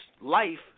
life